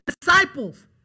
disciples